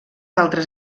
altres